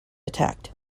attacked